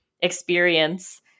experience